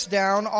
down